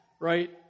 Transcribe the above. Right